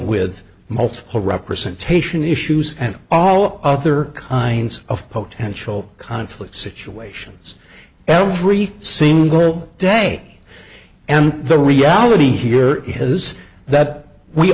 with multiple representation issues and all other kinds of potential conflict situations every single day and the reality here is that we